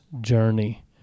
journey